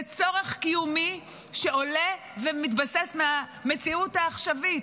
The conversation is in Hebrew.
זה צורך קיומי שעולה ומתבסס במציאות העכשווית.